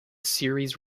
series